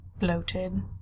bloated